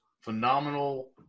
phenomenal